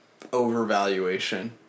overvaluation